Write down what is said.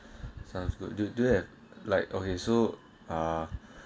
sounds good do do like okay so ah